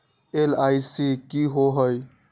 LIC की होअ हई?